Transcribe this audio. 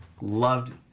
loved